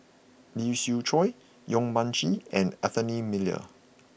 Lee Siew Choh Yong Mun Chee and Anthony Miller